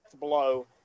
blow